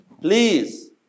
Please